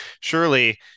surely